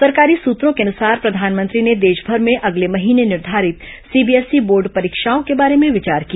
सरकारी सूत्रों के अनुसार प्रधानमंत्री ने देशभर में अगले महीने निर्धारित सीबीएसई बोर्ड परीक्षाओं के बारे में विचार किया